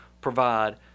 provide